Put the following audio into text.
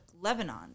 Lebanon